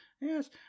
yes